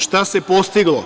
Šta se postiglo?